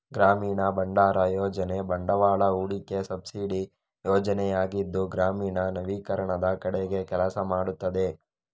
ಗ್ರಾಮೀಣ ಭಂಡಾರ ಯೋಜನೆ ಬಂಡವಾಳ ಹೂಡಿಕೆ ಸಬ್ಸಿಡಿ ಯೋಜನೆಯಾಗಿದ್ದು ಗ್ರಾಮೀಣ ನವೀಕರಣದ ಕಡೆಗೆ ಕೆಲಸ ಮಾಡುತ್ತದೆ